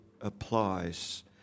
applies